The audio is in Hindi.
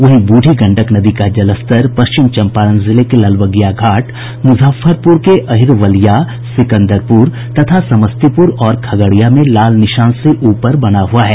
वहीं ब्रुढ़ी गंडक नदी का जलस्तर पश्चिम चंपारण जिले के लालबगिया घाट मुजफ्फरपुर के अहिरवलिया सिकंदरपुर तथा समस्तीपुर और खगड़िया में लाल निशान से ऊपर बना हुआ है